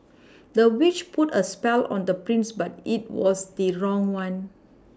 the witch put a spell on the prince but it was the wrong one